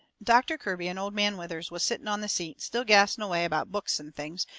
doctor kirby and old man withers was setting on the seat, still gassing away about books and things,